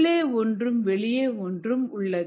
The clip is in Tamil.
உள்ளே ஒன்றும் வெளியே ஒன்றும் உள்ளது